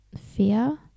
fear